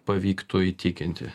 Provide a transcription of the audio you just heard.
pavyktų įtikinti